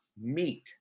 meat